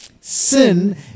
sin